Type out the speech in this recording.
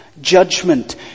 judgment